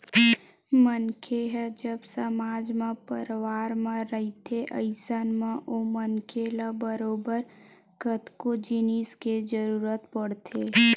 मनखे ह जब समाज म परवार म रहिथे अइसन म ओ मनखे ल बरोबर कतको जिनिस के जरुरत पड़थे